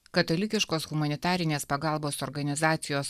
katalikiškos humanitarinės pagalbos organizacijos